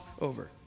over